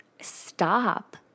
stop